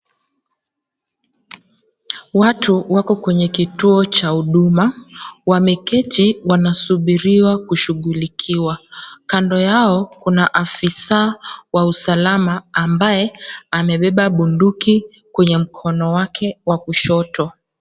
Watu wako kwenye kituo cha huduma wameketi wanasubiriwa kushughulikiwa. Kando yao kuna afisa wa usalama ambaye amebeba bunduki kwenye mkono wake wa kushoto.